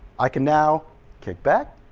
i can now kickback,